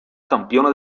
campione